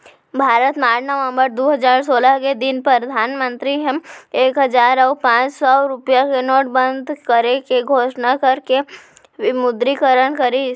भारत म आठ नवंबर दू हजार सोलह के दिन परधानमंतरी ह एक हजार अउ पांच सौ रुपया के नोट बंद करे के घोसना करके विमुद्रीकरन करिस